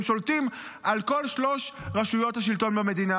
שולטים על כל שלוש רשויות השלטון במדינה,